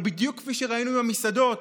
אבל בדיוק כפי שראינו במסעדות,